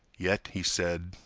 yet, he said,